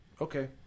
okay